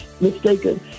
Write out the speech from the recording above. mistaken